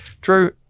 Drew